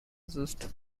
assist